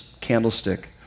candlestick